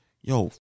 yo